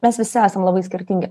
mes visi esam labai skirtingi